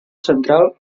central